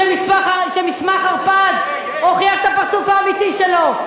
שמסמך הרפז הוכיח את הפרצוף האמיתי שלו?